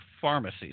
pharmacies